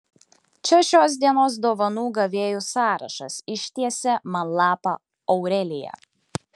čia šios dienos dovanų gavėjų sąrašas ištiesė man lapą aurelija